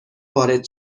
وارد